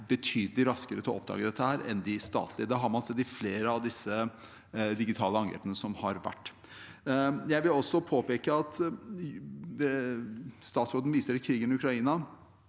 betydelig raskere til å oppdage dette enn de statlige. Det har man sett i flere av de digitale angrepene som har vært. Statsråden viser til krigen i Ukraina,